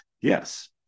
Yes